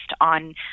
on